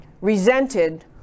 resented